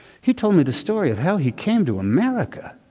he told me the story of how he came to america.